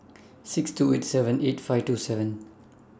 six two eight seven eight five two seven